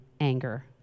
anger